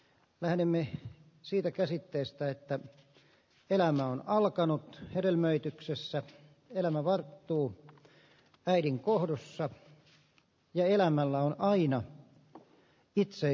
lähdemme sitä käsitystä että elämä on alkanut hedelmöityksessä elämä avartuu ja äidin kohdussa ja elämällä on aina itse ei